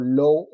low